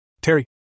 Terry